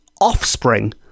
offspring